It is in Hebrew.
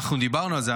אנחנו דיברנו על זה,